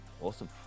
Awesome